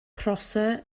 prosser